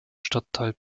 stadtteil